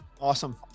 Awesome